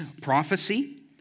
prophecy